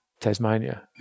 Tasmania